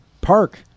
park